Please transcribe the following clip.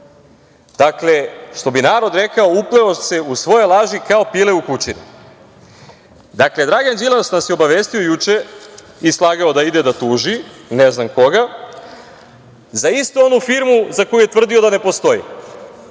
Dakle, što bi narod rekao, upleo se u svoje laži kao pile u kučine. Dakle, Dragan Đilas nas je obavestio juče i slagao da ide da tuži, ne znam koga, za istu onu firmu za koju je tvrdio da ne postoji,